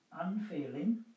unfeeling